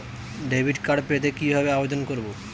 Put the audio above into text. Debit card পেতে কিভাবে আবেদন করব?